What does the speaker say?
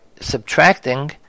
subtracting